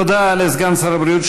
תודה לסגן שר הבריאות,